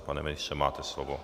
Pane ministře, máte slovo.